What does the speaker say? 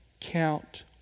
count